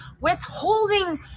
withholding